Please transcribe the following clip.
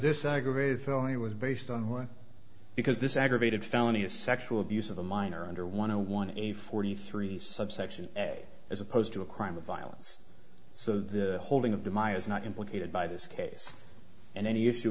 this aggravated felony was based on what because this aggravated felony a sexual abuse of a minor under one a one a forty three subsection as opposed to a crime of violence so the holding of the my is not implicated by this case and any issue